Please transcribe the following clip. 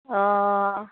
অ